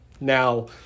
Now